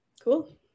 Cool